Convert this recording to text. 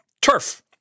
Turf